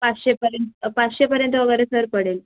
पाचशेपर्यंत पाचशेपर्यंत वगैरे सर पडेल